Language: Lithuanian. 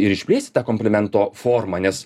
ir išplėsti tą komplimento formą nes